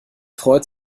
freut